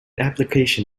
application